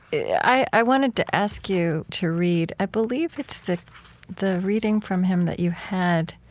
yeah i i wanted to ask you to read i believe it's the the reading from him that you had